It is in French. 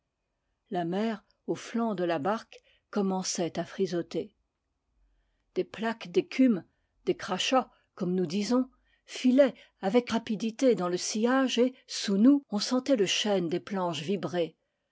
la mer aux flancs de la barque commençait à frisotter des plaques d'écume des crachats comme nous disons filaient avec rapidité dans le sillage et sous nous on sentait le chêne des planches vibrer